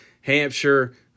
Hampshire